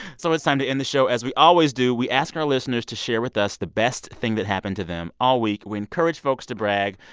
so it's time to end the show as we always do. we ask our listeners to share with us the best thing that happened to them all week. we encourage folks to brag.